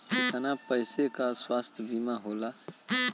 कितना पैसे का स्वास्थ्य बीमा होला?